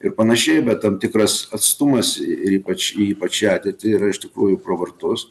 ir panašiai bet tam tikras atstumas ir ypač ypač į ateitį yra iš tikrųjų pro vartus